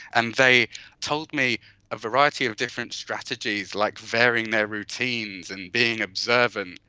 and they told me a variety of different strategies, like varying their routines and being observant,